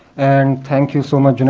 and thank you so much, and